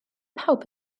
pawb